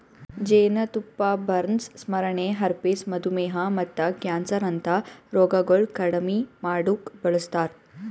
ಜೇನತುಪ್ಪ ಬರ್ನ್ಸ್, ಸ್ಮರಣೆ, ಹರ್ಪಿಸ್, ಮಧುಮೇಹ ಮತ್ತ ಕ್ಯಾನ್ಸರ್ ಅಂತಾ ರೋಗಗೊಳ್ ಕಡಿಮಿ ಮಾಡುಕ್ ಬಳಸ್ತಾರ್